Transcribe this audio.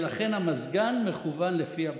ולכן המזגן מכוון לפי הבנים.